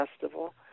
Festival